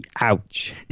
Ouch